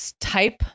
type